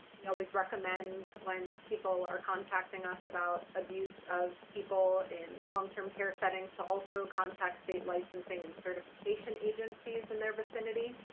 we always recommend when people are contacting us about abuse of people in long-term care settings to also contact state licensing and certification agencies in their vicinity.